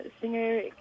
singer